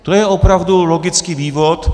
To je opravdu logický vývod.